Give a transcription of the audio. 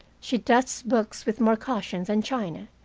she dusts books with more caution than china,